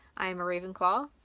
i'm a ravenclaw,